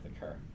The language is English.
occur